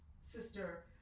sister